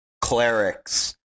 clerics